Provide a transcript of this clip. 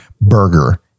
burger